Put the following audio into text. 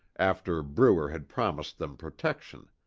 after bruer had promised them protection.